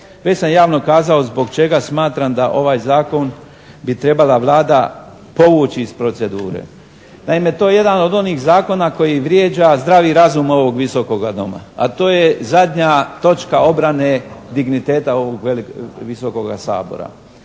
Već sam javno kazao zbog čega smatram da ovaj Zakon bi trebala Vlada povući iz procedure. Naime, to je jedan od onih zakona koji vrijeđa zdravi razum ovog Visokoga doma, a to je zadnja točka obrane digniteta ovog Visokoga Sabora.